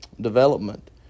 development